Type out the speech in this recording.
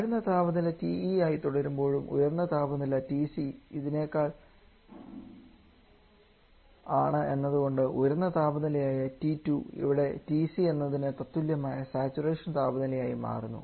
താഴ്ന്ന താപനില TE ആയി തുടരുമ്പോഴും ഉയർന്ന താപനില TC ഇതിനേക്കാൾ ആണ് എന്നതുകൊണ്ട് ഉയർന്ന താപനിലയായ T2 ഇവിടെ TC എന്നതിന് തത്തുല്യമായ സാച്ചുറേഷൻ താപനില ആയി മാറുന്നു